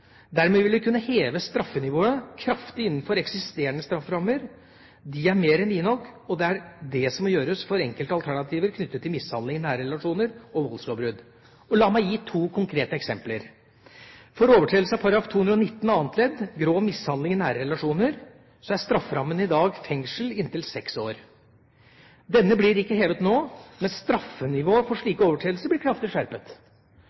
Dermed vil vi kunne heve straffenivået kraftig innenfor eksisterende strafferammer – de er mer enn vide nok – og det er det som nå gjøres for enkelte alternativer knyttet til mishandling i nære relasjoner og voldslovbrudd. La meg gi to konkrete eksempler: For overtredelse av § 219 annet ledd, grov mishandling i nære relasjoner, er strafferammen i dag fengsel i inntil seks år. Denne blir ikke hevet nå, men straffenivået for slike overtredelser blir kraftig skjerpet.